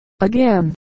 again